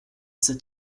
cet